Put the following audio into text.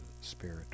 Spirit